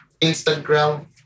Instagram